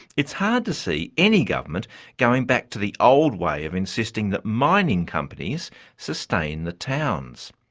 it's hard to see any government going back to the old way of insisting that mining companies sustain the towns.